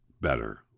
better